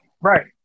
Right